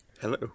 Hello